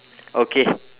okay